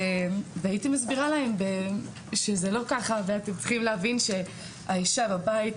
והייתי מסבירה להם שזה לא ככה ואתם צריכים להבין שהאישה בבית,